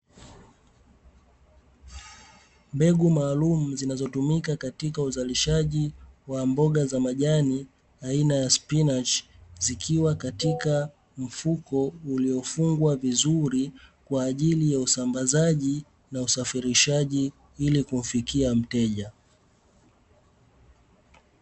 Mbegu maalumu zinazotumika katika uzalishaji wa mboga za majani aina ya spinachi, zikiwa katika mfuko uliofungwa vizuri kwa ajili ya usambazaji na usafirishaji ili kumfikia mteja.